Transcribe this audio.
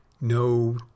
no